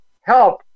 help